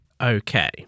Okay